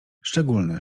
szczególne